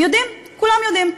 הם יודעים, כולם יודעים.